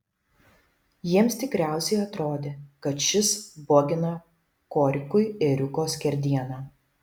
jiems tikriausiai atrodė kad šis bogina korikui ėriuko skerdieną